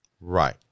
Right